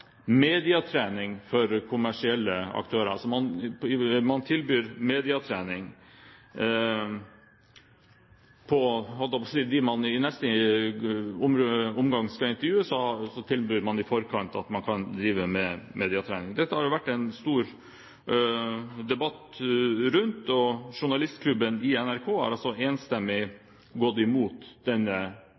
medietrening for kommersielle aktører. I forkant tilbyr man altså medietrening til dem man i neste omgang skal intervjue. Dette har det vært en stor debatt om, og journalistklubben i NRK har enstemmig gått imot denne